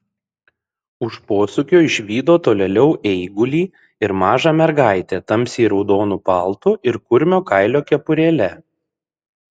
už posūkio išvydo tolėliau eigulį ir mažą mergaitę tamsiai raudonu paltu ir kurmio kailio kepurėle